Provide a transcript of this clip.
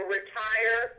Retire